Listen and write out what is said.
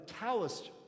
Taoist